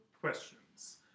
questions